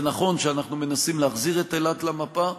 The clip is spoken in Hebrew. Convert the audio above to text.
זה נכון שאנחנו מנסים להחזיר את אילת למפה,